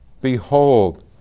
behold